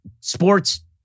sports